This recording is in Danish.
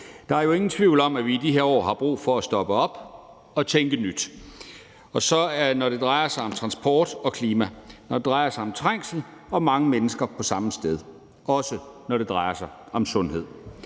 Der er jo ingen tvivl om, at vi i de her år har brug for at stoppe op og tænke nyt, når det drejer sig om transport og klima, og når det drejer sig om trængsel og mange mennesker på samme sted – også når det drejer sig om sundhed.